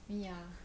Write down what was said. me ah